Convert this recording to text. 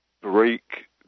break